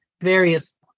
various